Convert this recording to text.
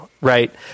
right